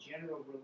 general